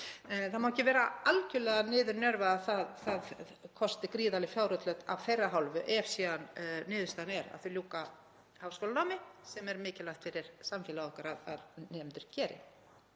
það má ekki vera algerlega niðurnjörvað að það kosti gríðarleg fjárútlát af þeirra hálfu ef niðurstaðan er síðan að þeir ljúka háskólanámi, sem er mikilvægt fyrir samfélag okkar að nemendur geri.